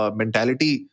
mentality